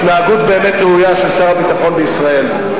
התנהגות באמת ראויה של שר הביטחון בישראל.